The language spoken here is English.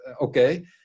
okay